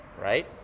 right